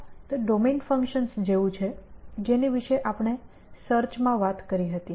આ તે domain functions જેવું છે જેની વિશે આપણે સર્ચ માં વાત કરી હતી